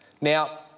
Now